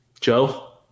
Joe